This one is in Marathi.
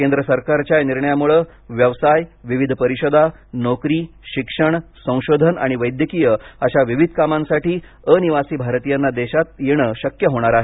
केंद्र सरकारच्या या निर्णयामुळे व्यवसाय विविध परिषदा नोकरी शिक्षण संशोधन आणि वैद्यकीय अशा विविध कामांसाठी अनिवासी भारतीयांना देशात येण शक्य होणार आहे